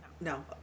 No